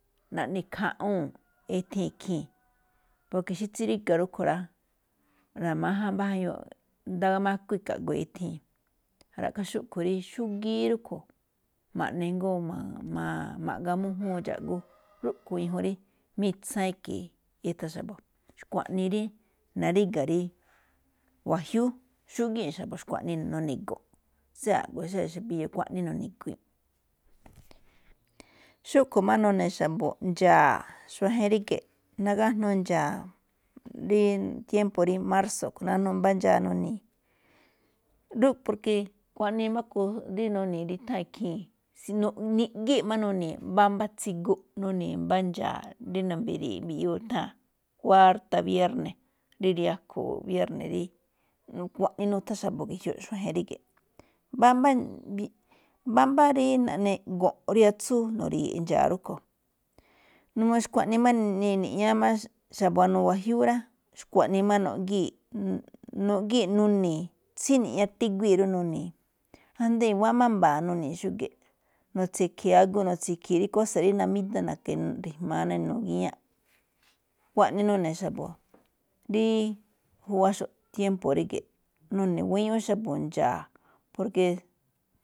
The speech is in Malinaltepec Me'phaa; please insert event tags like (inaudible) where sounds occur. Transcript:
(noise) naꞌne khaꞌwuu̱n ethee̱n ikhii̱n, (noise) porke xí tsiríga̱ rúꞌkhue̱n rá, ra̱máján mbá jayu, nda̱a̱ gamuku i̱ka̱ a̱ꞌgui̱i̱n ithee̱n. Ra̱ꞌkhá xúꞌkhue̱n rí xúgíí rúꞌkhue̱n ma̱ꞌne jngó, ma̱-maꞌga mújúun dxaꞌgú (noise) rúꞌkhue̱n ñajuun rí mitsaan i̱ke̱e̱, ithan xa̱bo̱, xkuaꞌnii rí naríga̱ rí wajiúú, xúgíi̱n xa̱bo̱ xkuaꞌnii nu̱ni̱gu̱nꞌ xí a̱ꞌgo̱ xí xa̱biya̱, xkuaꞌnii nu̱ni̱guii̱nꞌ. Xúꞌkhue̱n máꞌ none̱ xa̱bo̱ ndxa̱a̱ xuajen ríge̱ꞌ nagájnuu ndxa̱a̱ rí (hesitation) tiémpo̱ rí márso̱, nagájnuu mbá ndxa̱a̱ nuni̱i̱. Porke xkuaꞌnii máꞌ rí nuni̱i̱ rí nutháa̱n ikhii̱n, niꞌgíi̱ máꞌ nuni̱i̱ ne̱ mbámbá tsigu nuni̱i̱ mbá ndxa̱a̱, (noise) rí nu̱ri̱ye̱e̱ꞌ mbá ndxa̱a̱ rí nutháa̱n kuárta̱ biérne̱, rí riakhu̱u̱ bierne, rí xkuaꞌnii nuthan xa̱bo̱ ge̱jioꞌ, xuajen ríge̱ꞌ. Mbámbá rí, (hesitation) mbámbá rí naꞌne go̱nꞌ riatsúu nu̱ri̱ye̱e̱ꞌ ndxa̱a̱ rúꞌkhue̱n, n (hesitation) uu xkuaꞌnii máꞌ ni̱ni̱ꞌñáá xa̱bo̱ buanuu wajiúú rá, xkuaꞌnii máꞌ nuꞌgíi̱ꞌ, (hesitation) nuꞌgíi̱ꞌ nuni̱i̱, tsíni̱ꞌñá tíguíi̱ rí nuni̱i̱. Asndo i̱wa̱á máꞌ mba̱a̱ rí nuni̱i̱ xúge̱ꞌ, nu̱tsi̱khe̱e̱ agu nu̱tsi̱khe̱e̱ rí kósa rí namídá na̱ka̱ ri̱jma̱á ná inuu gíñá. Xkuaꞌnii nune̱ xa̱bo̱ rí juwaxo̱ꞌ tiémpo̱ ríge̱ꞌ, nune̱ guíñúú xa̱bo̱ ndxa̱a̱ porke.